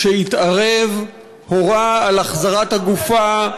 שהתערב, הורה על החזרת הגופה,